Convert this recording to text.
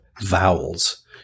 vowels